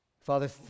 Father